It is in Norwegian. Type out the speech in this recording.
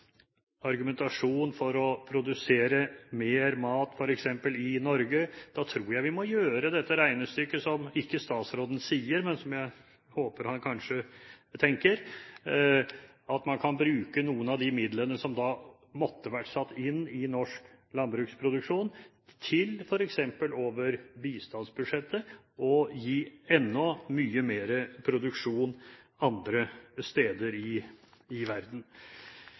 argumentasjon for å produsere mer mat i f.eks. Norge, må regnestykket bli, ikke som statsråden sier, men som jeg håper han kanskje tenker, at man kan bruke noen av de midlene som da måtte være satt inn i norsk landbruksproduksjon, til f.eks. over bistandsbudsjettet å gi enda mye mer produksjon andre steder i verden. Dette handler om makt, slik statsråden også gir uttrykk for i